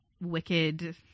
wicked